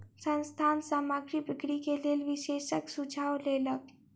संस्थान सामग्री बिक्री के लेल विशेषज्ञक सुझाव लेलक